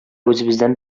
үзебездән